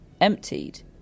emptied